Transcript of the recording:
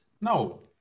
No